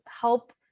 help